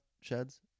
sheds